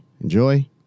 enjoy